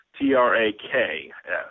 T-R-A-K-S